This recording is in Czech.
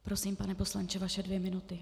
Prosím, pane poslanče, vaše dvě minuty.